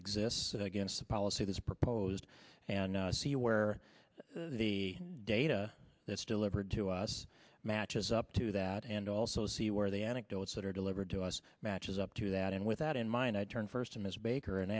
existed against the policy this proposed and see where the data that's delivered to us matches up to that and also see where the anecdotes that are delivered to us matches up to that and with that in mind i turn first to ms baker and